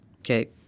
Okay